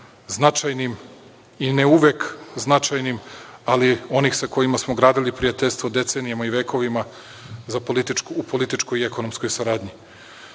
značajnim i ne uvek značajnim, ali onih sa kojima smo gradili prijateljstvo vekovima i decenijama u političkoj i ekonomskoj saradnji. Nova